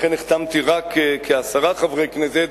לכן החתמתי רק כעשרה חברי כנסת.